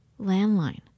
landline